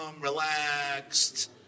relaxed